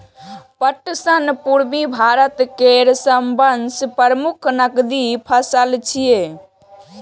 पटसन पूर्वी भारत केर सबसं प्रमुख नकदी फसल छियै